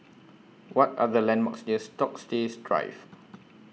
What Are The landmarks near Stoke says Drive